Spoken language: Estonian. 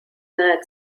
näed